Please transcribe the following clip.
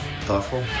thoughtful